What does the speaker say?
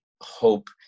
hope